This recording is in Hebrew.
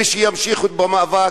ושימשיכו במאבק,